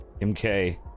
MK